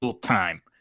time